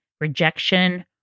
rejection